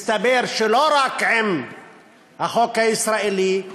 מסתבר שלא רק עם החוק הישראלי,